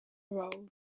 roll